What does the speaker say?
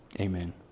amen